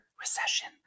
recession